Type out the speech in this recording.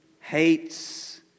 hates